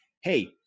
Hey